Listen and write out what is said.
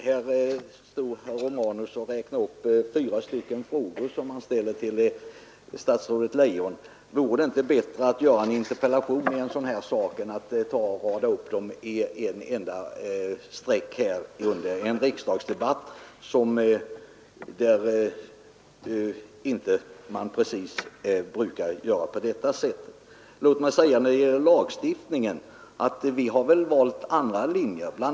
Herr talman! Herr Romanus räknade upp fyra frågor som han ställt till statsrådet Leijon. Vore det inte bättre att väcka en interpellation om en sådan sak än att rada upp frågorna under en riksdagsdebatt, där man inte precis brukar göra på det sättet? Låt mig när det gäller lagstiftningen säga att vi har valt andra linjer. Bl.